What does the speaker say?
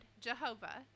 Jehovah